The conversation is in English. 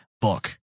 book